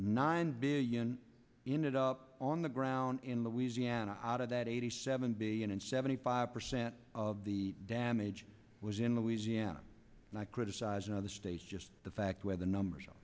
nine billion ended up on the ground in louisiana out of that eighty seven billion and seventy five percent of the damage was in louisiana and i criticize in other states just the fact where the numbers